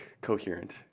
coherent